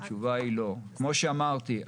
כמו שאמרתי,